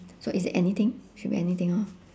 so is it anything should be anything hor